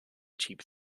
cheap